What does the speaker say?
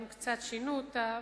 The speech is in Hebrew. הם קצת שינו אותה,